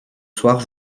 soir